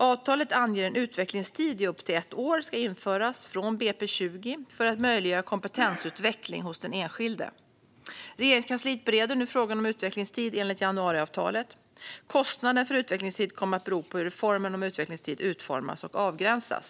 Avtalet anger att utvecklingstid i upp till ett år ska införas från budgetpropositionen för 2020 för att möjliggöra kompetensutveckling hos den enskilde. Regeringskansliet bereder nu frågan om utvecklingstid enligt januariavtalet. Kostnaden för utvecklingstid kommer att bero på hur reformen om utvecklingstid utformas och avgränsas.